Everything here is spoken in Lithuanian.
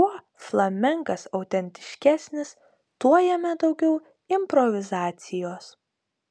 kuo flamenkas autentiškesnis tuo jame daugiau improvizacijos